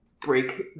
break